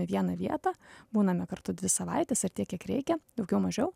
į vieną vietą būname kartu dvi savaites ar tiek kiek reikia daugiau mažiau